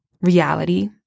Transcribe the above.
reality